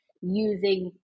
using